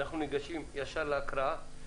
אנחנו ניגשים ישר להקראה.